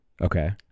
Okay